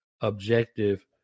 objective